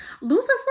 lucifer